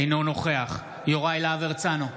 אינו נוכח יוראי להב הרצנו,